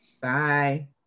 Bye